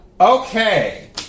Okay